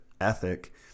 ethic